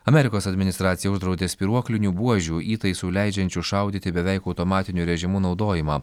amerikos administracija uždraudė spyruoklinių buožių įtaisų leidžiančių šaudyti beveik automatiniu režimu naudojimą